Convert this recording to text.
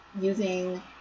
using